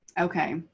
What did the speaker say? Okay